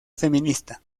feminista